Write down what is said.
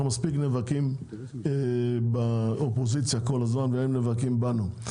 אנחנו מספיק נאבקים בכל הזמן אופוזיציה והם נאבקים בנו.